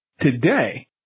Today